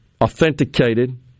authenticated